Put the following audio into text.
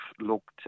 looked